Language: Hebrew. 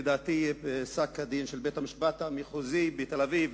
לדעתי פסק-הדין של בית-המשפט המחוזי בתל-אביב